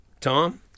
Tom